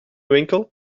winkel